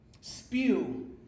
spew